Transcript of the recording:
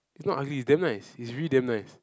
it's not ugly it's damn nice it's really damn nice